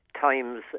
times